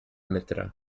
mitra